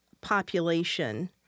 population